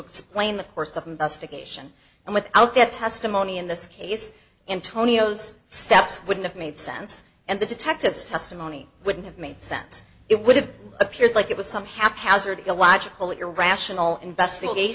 explain the course of investigation and without that testimony in this case antonio's steps wouldn't have made sense and the detectives testimony wouldn't have made sense it would have appeared like it was some haphazard illogical irrational investigat